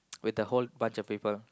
with a whole bunch of people